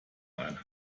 ein